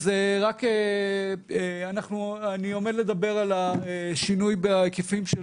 אני עומד לדבר על השינוי בהיקפים של